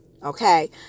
Okay